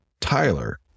Tyler